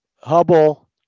Hubble